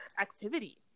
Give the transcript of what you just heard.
activity